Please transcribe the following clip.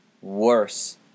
worse